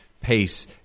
pace